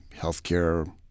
healthcare